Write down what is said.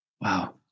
Wow